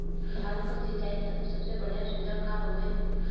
धान क सिंचाई खातिर सबसे बढ़ियां सुविधा का हवे?